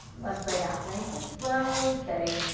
left leg out. nice and slow and steady.